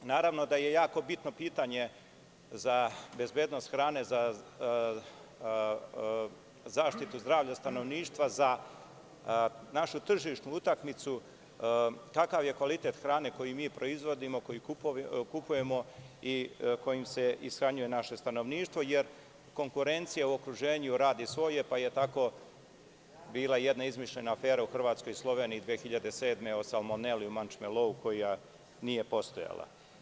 Naravno, da je jako bitno pitanje za bezbednost hrane, za zaštitu zdravlja stanovništva, za našu tržišnu utakmicu, kakav je kvalitet hrane koji mi proizvodimo, koji kupujemo i kojim se ishranjuje naše stanovništvo, jer konkurencija u okruženju radi svoje, pa je tako bila jedna izmišljena afera u Hrvatskoj i Sloveniji 2007. godine, o salmoneli u „mančemelou“, koja nije postojala.